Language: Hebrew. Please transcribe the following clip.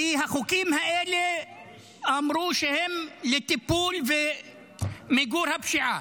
כי החוקים האלה אמרו שהם לטיפול ומיגור הפשיעה.